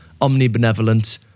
omnibenevolent